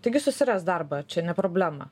taigi susiras darbą čia ne problema